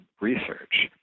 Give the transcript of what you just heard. research